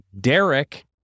Derek